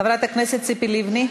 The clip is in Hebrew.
חברת הכנסת ציפי לבני.